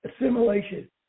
assimilation